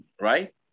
right